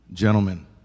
gentlemen